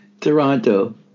Toronto